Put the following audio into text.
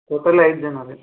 totally ಐದು ಜನ ಇದೀರಿ